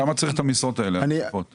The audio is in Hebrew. למה צריך את המשרות הנוספות האלה?